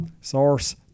Source